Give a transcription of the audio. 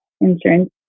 Insurance